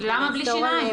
למה בלי שיניים?